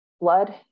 Blood